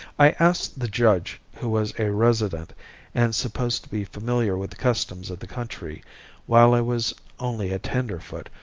i asked the judge, who was a resident and supposed to be familiar with the customs of the country while i was only a tenderfoot,